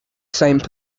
same